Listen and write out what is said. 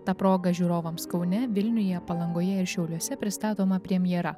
ta proga žiūrovams kaune vilniuje palangoje ir šiauliuose pristatoma premjera